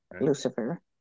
Lucifer